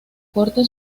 corte